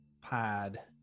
pad